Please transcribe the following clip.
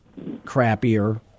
crappier